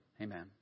Amen